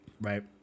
Right